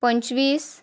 पंचवीस